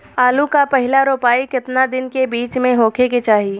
आलू क पहिला रोपाई केतना दिन के बिच में होखे के चाही?